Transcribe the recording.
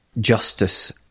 justice